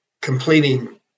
completing